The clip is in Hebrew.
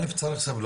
א' צריך סבלנות,